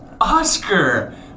oscar